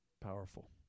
powerful